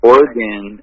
Oregon